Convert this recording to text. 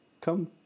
Come